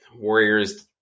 Warriors